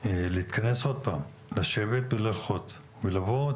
אני מבקש להתכנס עוד פעם, לשבת וללחוץ ולבוא.